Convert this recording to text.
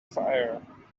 fire